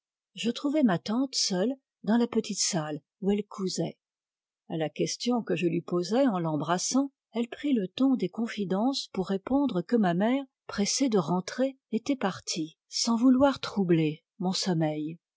je trouvai ma tante seule dans la petite salle où elle cousait a la question que je lui posai en l'embrassant elle prit le ton des confidences pour répondre que ma mère pressée de rentrer était partie sans vouloir troubler mon sommeil